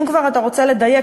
אם כבר אתה רוצה לדייק,